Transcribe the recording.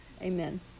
Amen